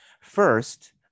First